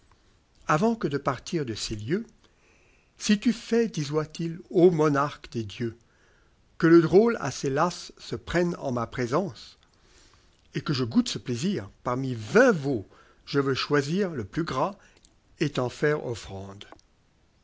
avant que partir de ces lieux si tu fais disait-il o monarque des dieux que le drôle à ces lacs se prenne en ma présence et que je goûte ce plaisir i parmi vingt veaux je veux choisir le plus gras et t'en faire offrande